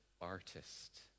artist